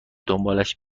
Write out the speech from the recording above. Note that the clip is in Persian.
دنبالش